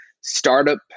startup